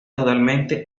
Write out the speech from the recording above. totalmente